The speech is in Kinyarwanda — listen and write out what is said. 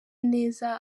neza